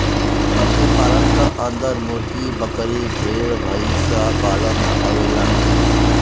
पशु पालन क अन्दर मुर्गी, बकरी, भेड़, भईसपालन आवेला